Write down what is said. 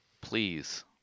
please